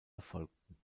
erfolgten